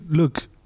Look